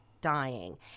dying